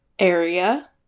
area